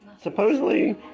Supposedly